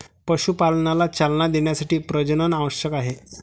पशुपालनाला चालना देण्यासाठी प्रजनन आवश्यक आहे